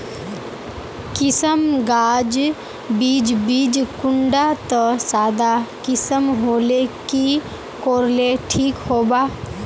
किसम गाज बीज बीज कुंडा त सादा किसम होले की कोर ले ठीक होबा?